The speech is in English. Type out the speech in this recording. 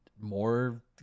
more